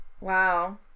Wow